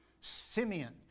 Simeon